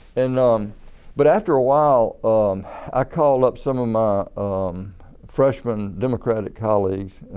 and um but after a while um i called up some of my freshman democratic colleagues